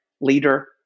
leader